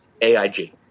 AIG